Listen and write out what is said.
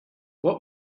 what